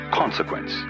consequence